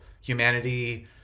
humanity